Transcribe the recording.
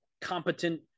competent